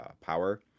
power